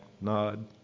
nod